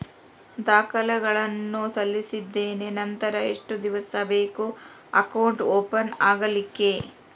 ದಾಖಲೆಗಳನ್ನು ಸಲ್ಲಿಸಿದ್ದೇನೆ ನಂತರ ಎಷ್ಟು ದಿವಸ ಬೇಕು ಅಕೌಂಟ್ ಓಪನ್ ಆಗಲಿಕ್ಕೆ?